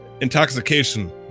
intoxication